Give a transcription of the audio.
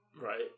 Right